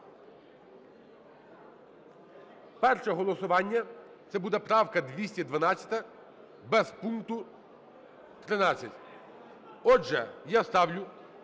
Перше голосування - це буде правка 212 без пункту 13. Отже, я ставлю